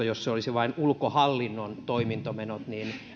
jos ulkoasiainhallinto olisi vain ulkohallinnon toimintame not